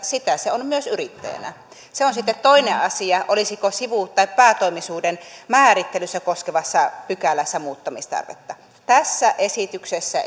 sitä se on myös yrittäjänä se on sitten toinen asia olisiko sivu tai päätoimisuuden määrittelyä koskevassa pykälässä muuttamistarvetta tässä esityksessä